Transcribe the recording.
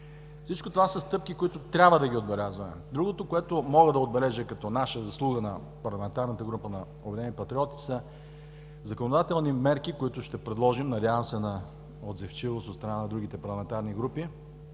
Всичко това са стъпки, които трябва да ги отбелязваме. Другото, което мога да отбележа като наша заслуга – на парламентарната група на „Обединени патриоти“, са законодателни мерки, които ще предложим – надявам се на отзивчивост от страна на другите парламентарни групи